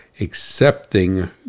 accepting